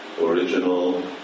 original